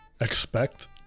expect